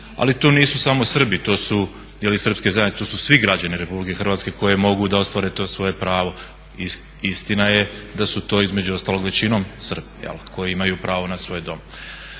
ali to nisu samo Srbi ili srpske zajednice to su svi građani RH koji mogu ostvariti to svoje pravo. Istina je da su to između ostalog većinom Srbi koji imaju pravo na svoj dom.